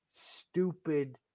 stupid